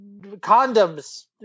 condoms